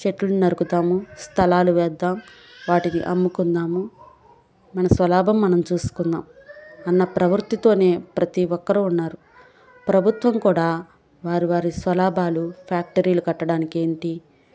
చెట్లు నరుకుతాము స్థలాలు వేద్దాం వాటిని అమ్ముకుందాము మన స్వలాభం మనం చూసుకుందాం అన్న ప్రవృత్తితోనే ప్రతీ ఒక్కరూ ఉన్నారు ప్రభుత్వం కూడా వారు వారి స్వలాభాలు ఫ్యాక్టరీలు కట్టడానికేంటి